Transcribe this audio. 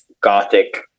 Gothic